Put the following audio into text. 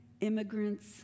immigrants